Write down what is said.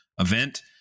event